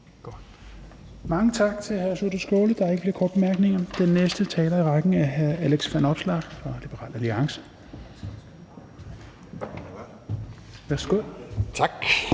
Mange tak til hr. Sjúrður Skaale. Der er ikke flere korte bemærkninger. Den næste taler i rækken er hr. Alex Vanopslagh fra Liberal Alliance. Værsgo. Kl.